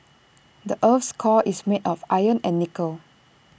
the Earth's core is made of iron and nickel